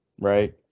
right